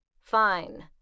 Fine